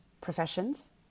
professions